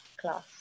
class